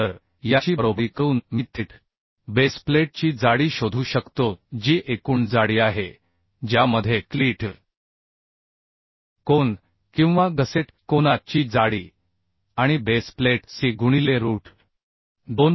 तर याची बरोबरी करून मी थेट बेस प्लेटची जाडी शोधू शकतो जी एकूण जाडी आहे ज्यामध्ये क्लीट कोन किंवा गसेट कोणाची जाडी आणि बेस प्लेट c गुणिले रूट 2